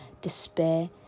despair